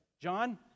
John